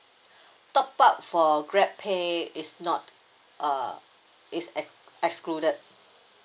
top up for grab pay is not uh is ex~ excluded